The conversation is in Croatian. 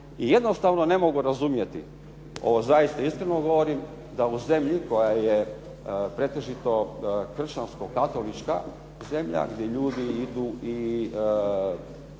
jednostavno ne mogu razumjeti, ovo zaista iskreno govorim da u zemlji koja je pretežito kršćansko-katolička zemlja, gdje ljudi idu u